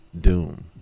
Doom